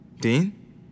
Dean